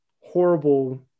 horrible